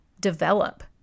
develop